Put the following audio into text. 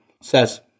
says